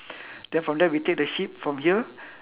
then from there we take the ship from here